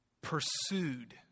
pursued